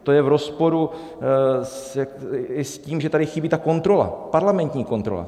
To je v rozporu i s tím, že tady chybí ta kontrola, parlamentní kontrola.